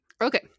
Okay